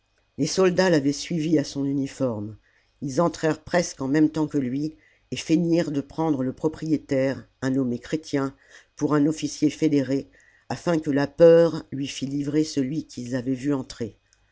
les soldats l'avaient suivi à son uniforme ils entrèrent presque en même temps que lui et feignirent de prendre le propriétaire un nommé chrétien pour un officier fédéré afin que la peur lui fît livrer celui qu'ils avaient vu entrer